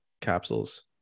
capsules